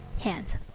hands